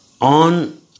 on